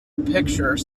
picture